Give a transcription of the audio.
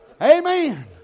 Amen